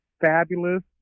Fabulous